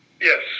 yes